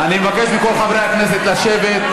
אני מבקש מכל חברי הכנסת לשבת,